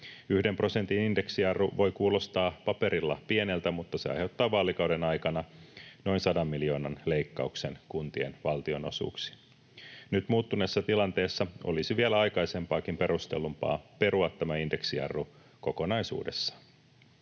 Yhden prosentin indeksijarru voi kuulostaa paperilla pieneltä, mutta se aiheuttaa vaalikauden aikana noin sadan miljoonan leikkauksen kuntien valtionosuuksiin. Nyt muuttuneessa tilanteessa olisi vielä aikaisempaakin perustellumpaa perua tämä indeksijarru kokonaisuudessaan.